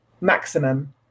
maximum